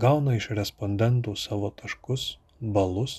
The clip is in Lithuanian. gauna iš respondentų savo taškus balus